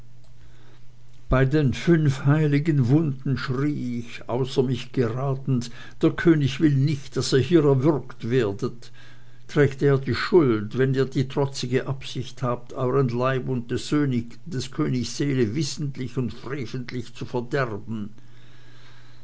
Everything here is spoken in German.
bei den fünf heiligen wunden schrie ich außer mich geratend der könig will nicht daß ihr hier erwürgt werdet trägt er die schuld wenn ihr die trotzige absicht habt euern leib und des königs seele wissentlich und freventlich zu verderben